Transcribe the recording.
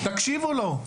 תקשיבו לו,